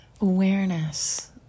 Awareness